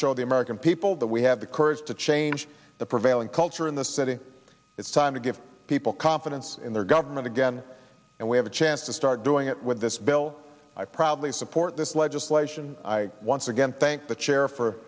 show the american people that we have the courage to change the prevailing culture in the city it's time to give people confidence in their government again and we have a chance to start doing it with this bill i probably support this legislation i once again thank the chair for